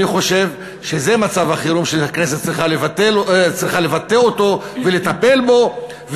אני חושב שזה מצב החירום שהכנסת צריכה לבטא אותו ולטפל בו,